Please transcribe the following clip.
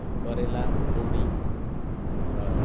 करेला बोडी र